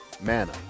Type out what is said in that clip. Manna